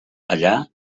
allà